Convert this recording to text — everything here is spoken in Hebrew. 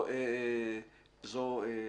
זו כוונתי.